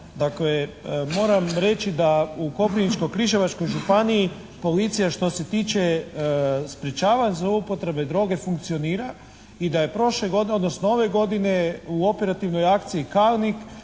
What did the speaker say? Dakle, moram reći da u Koprivničko-križevačkoj županiji policija što se tiče sprječavanja zloupotrebe droge funkcionira i da je prošle godine odnosno ove godine u operativnoj akciji